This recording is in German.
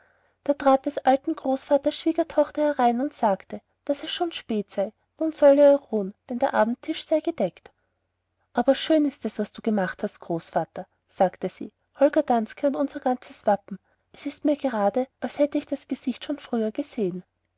da trat des alten großvaters schwiegertochter herein und sagte daß es schon spät sei nun solle er ruhen denn der abendtisch sei gedeckt aber schön ist es was du gemacht hast großvater sagte sie holger danske und unser ganzes wappen es ist mir gerade als hätte ich das gesicht schon früher gesehen